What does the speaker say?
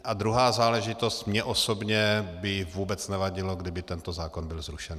A druhá záležitost, mně osobně by vůbec nevadilo, kdyby tento zákon byl zrušen.